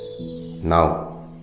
Now